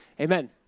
Amen